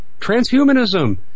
transhumanism